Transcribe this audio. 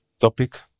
topic